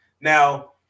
now